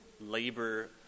labor